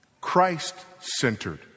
Christ-centered